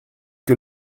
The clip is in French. que